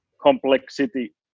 complexity